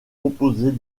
composée